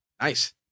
Nice